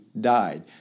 died